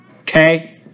Okay